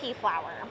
flour